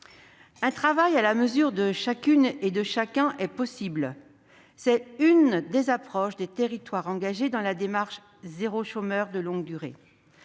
Un travail à la mesure de chacune et de chacun est possible. C'est l'une des approches des territoires engagés dans la démarche des « territoires zéro chômeur de longue durée